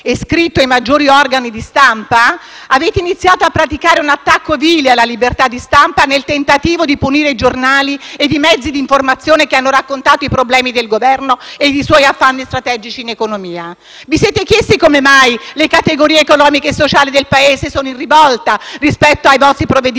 e scritto i maggiori organi di stampa, avete iniziato a praticare un attacco vile alla libertà di stampa, nel tentativo di punire i giornali e i mezzi di informazione, che hanno raccontato i problemi del Governo e i suoi affanni strategici in economia. Vi siete chiesti come mai le categorie economiche e sociali del Paese sono in rivolta rispetto ai vostri provvedimenti?